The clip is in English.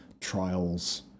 Trials